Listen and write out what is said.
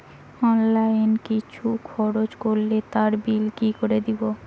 Online কিছু খরচ করলে তার বিল কি করে দেবো?